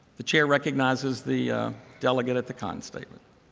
the chair recognizes the delegate at the con statement.